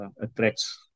attracts